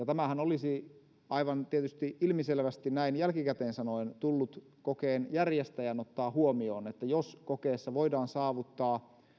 tämähän olisi aivan tietysti ilmiselvästi näin jälkikäteen sanoen tullut kokeen järjestäjän ottaa huomioon että jos kokeessa voidaan saavuttaa